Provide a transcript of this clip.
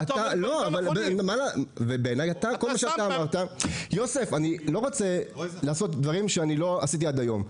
אני לא רוצה לעשות דברים שלא עשיתי עד היום.